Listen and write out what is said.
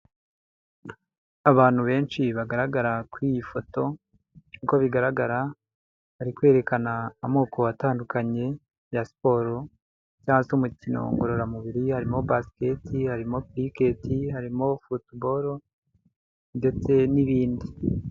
Abantu benshi bagaragara kuri iyi foto uko bigaragara, bari kwerekana amoko atandukanye ya siporo, cyangwa se umukino ngororamubiri harimo basket, harimo cricket, harimo football, ndetse n'ibindi.